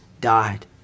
died